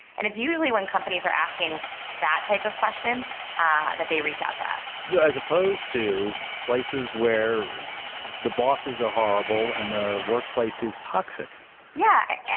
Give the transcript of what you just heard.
and it's usually when companies are asking that type of question ah that they reach out to us. yeah as opposed to places where the bosses are horrible and the workplace is toxic yeah,